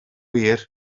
wir